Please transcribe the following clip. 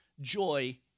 joy